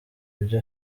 ibyo